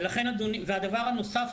הדבר הנוסף,